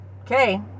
Okay